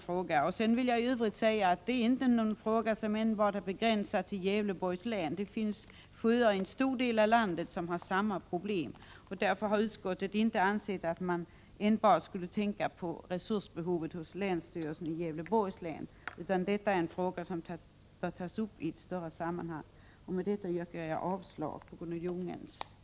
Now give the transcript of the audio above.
För övrigt är detta inte en fråga som är begränsad enbart till Gävleborgs län. Det finns sjöar i en stor del av landet som har samma problem. Därför har utskottet inte ansett att man enbart skulle tänka på resursbehovet hos länsstyrelsen i Gävleborgs län, utan frågan bör tas upp i ett större sammanhang. Med detta yrkar jag avslag på motionen och bifall till utskottets hemställan.